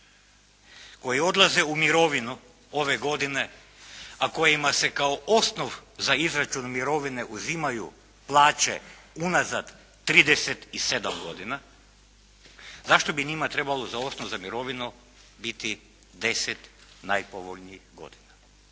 koji odlaze u mirovinu ove godine, a kojima se kao osnov za izračun mirovine uzimaju plaće unazad 37 godina. Zašto bi njima trebalo za osnov za mirovinu biti deset najpovoljnijih godina.